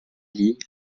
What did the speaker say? lit